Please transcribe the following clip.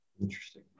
interesting